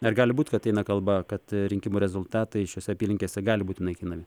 ar gali būt kad eina kalba kad rinkimų rezultatai šiose apylinkėse gali būti naikinami